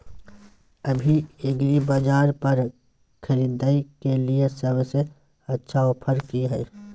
अभी एग्रीबाजार पर खरीदय के लिये सबसे अच्छा ऑफर की हय?